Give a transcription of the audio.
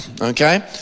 Okay